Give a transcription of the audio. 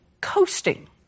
coasting